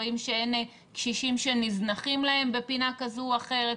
רואים שאין קשישים שנזנחים להם בפינה כזו או אחרת.